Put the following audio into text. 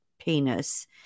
penis